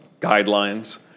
guidelines